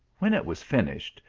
when it was finished,